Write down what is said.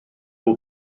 will